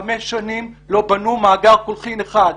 חמש שנים לא בנו מאגר קולחין אחד.